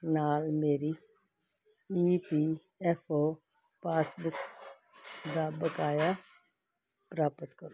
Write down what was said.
ਨਾਲ ਮੇਰੀ E P F O passbook ਦਾ ਬਕਾਇਆ ਪ੍ਰਾਪਤ ਕਰੋ